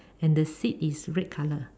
and the seat is red color